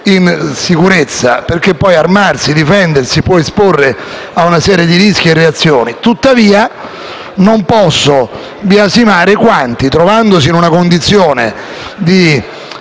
in sicurezza. Armarsi e difendersi può esporre a una serie di rischi e reazioni. Tuttavia, non posso biasimare quanti, trovandosi nella condizione di